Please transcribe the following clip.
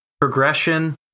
progression